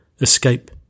escape